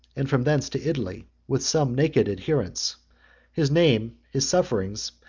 and from thence to italy, with some naked adherents his name, his sufferings,